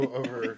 over